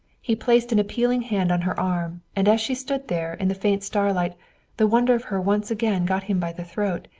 he placed an appealing hand on her arm, and as she stood there in the faint starlight the wonder of her once again got him by the throat.